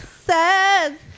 says